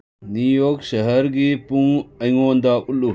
new York ꯁꯍꯔꯒꯤ ꯄꯨꯡ ꯑꯩꯉꯣꯟꯗ ꯎꯠꯂꯨ